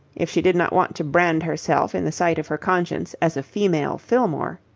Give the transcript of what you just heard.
if she did not want to brand herself in the sight of her conscience as a female fillmore,